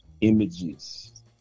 images